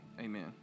amen